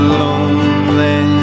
lonely